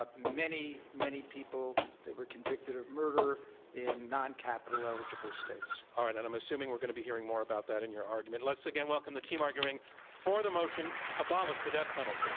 ah many, many people that were convicted of murder in non capital eligible states. all right. and i'm assuming we're going to be hearing more about that in your argument. yes. let's again welcome the team arguing for the motion abolish the death